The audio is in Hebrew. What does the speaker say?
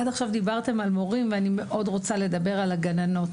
עד עכשיו דיברתם על מורים ואני רוצה מאוד לדבר על הגננות.